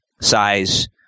size